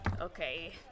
Okay